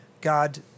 God